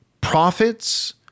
Prophets